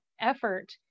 effort